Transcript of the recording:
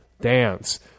dance